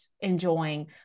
enjoying